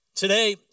Today